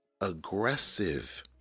aggressive